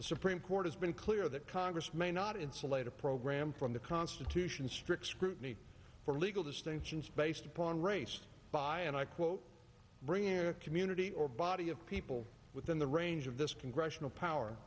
the supreme court has been clear that congress may not insulate a program from the constitution strict scrutiny for legal distinctions based upon race by and i quote bring in a community or body of people within the range of this congressional power